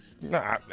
No